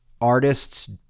artists